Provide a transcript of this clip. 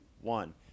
one